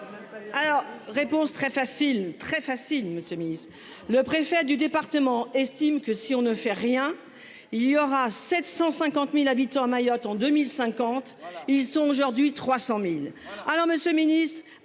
Ah réponse très facile très facile Monsieur Miss. Le préfet du département estime que si on ne fait rien il y aura 750.000 habitants à Mayotte en 2050. Ils sont aujourd'hui 300.000. Alors Monsieur Ministre,